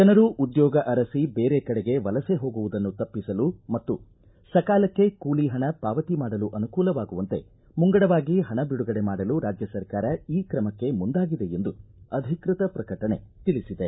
ಜನರು ಉದ್ಯೋಗ ಅರಸಿ ಬೇರೆ ಕಡೆಗೆ ವಲಸೆ ಹೋಗುವುದನ್ನು ತಪ್ಪಿಸಲು ಮತ್ತು ಸಕಾಲಕ್ಕೆ ಕೂಲಿ ಹಣ ಪಾವತಿ ಮಾಡಲು ಅನುಕೂಲವಾಗುವಂತೆ ಮುಂಗಡವಾಗಿ ಹಣ ಬಿಡುಗಡೆ ಮಾಡಲು ರಾಜ್ಯ ಸರ್ಕಾರ ಈ ಕ್ರಮಕ್ಕೆ ಮುಂದಾಗಿದೆ ಎಂದು ಅಧಿಕೃತ ಪ್ರಕಟಣೆ ತಿಳಿಸಿದೆ